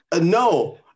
no